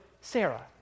Sarah